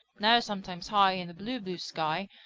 now sometimes high in the blue, blue sky,